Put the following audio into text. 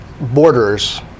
borders